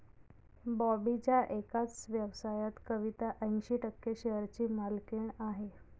बॉबीच्या एकाच व्यवसायात कविता ऐंशी टक्के शेअरची मालकीण आहे